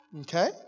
Okay